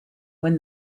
when